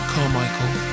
Carmichael